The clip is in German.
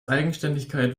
eigenständigkeit